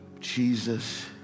Jesus